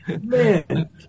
Man